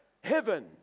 heaven